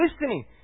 listening